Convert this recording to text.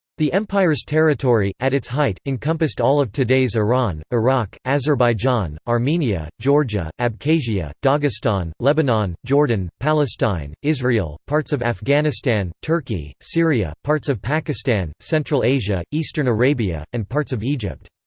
the empire's territory, at its height, encompassed all of today's iran, iraq, iraq, azerbaijan, armenia, georgia, abkhazia, dagestan, lebanon, jordan, palestine, israel, parts of afghanistan, turkey, syria, parts of pakistan, central asia, eastern arabia, and parts of egypt.